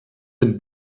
dem